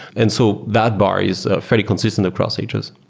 and so that bar is fairly consistent across ages.